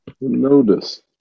Notice